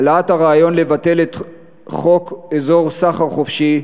העלאת הרעיון לבטל את חוק אזור סחר חופשי,